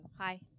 Hi